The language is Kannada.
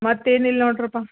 ಮತ್ತೇನಿಲ್ಲ ನೋಡ್ರಪ್ಪಾ